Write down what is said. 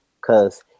Cause